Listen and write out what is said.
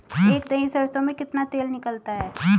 एक दही सरसों में कितना तेल निकलता है?